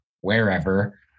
wherever